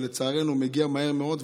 ולצערנו הוא מגיע מהר מאוד,